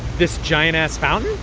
this giant-ass fountain?